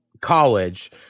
college